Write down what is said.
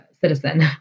citizen